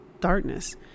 darkness